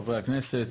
חברי הכנסת,